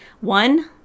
One